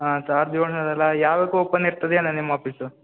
ಹಾಂ ಸಾವ್ರ್ದ ಏಳ್ನೂರಲ್ಲ ಯಾವಾಗ ಓಪನ್ ಇರ್ತದೇನೋ ನಿಮ್ಮ ಆಪೀಸು